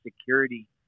security